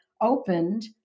opened